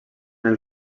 els